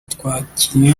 twakinye